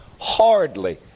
hardly